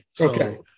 Okay